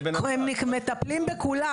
הם מטפלים בכולם.